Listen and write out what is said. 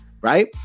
right